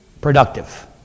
productive